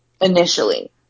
initially